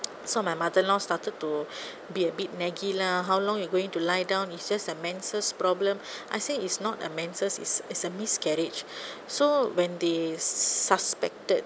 so my mother in law started to be a bit naggy lah how long you're going to lie down it's just a menses problem I say it's not a menses it's it's a miscarriage so when they suspected